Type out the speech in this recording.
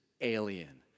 alien